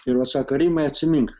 ir vat sako rimai atsimink